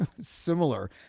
similar